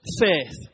Faith